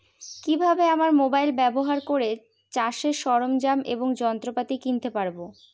কি ভাবে আমরা মোবাইল ব্যাবহার করে চাষের সরঞ্জাম এবং যন্ত্রপাতি কিনতে পারবো?